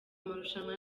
amarushanwa